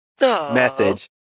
message